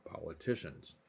politicians